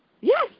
yes